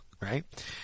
right